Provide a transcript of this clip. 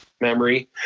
memory